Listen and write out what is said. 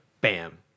Bam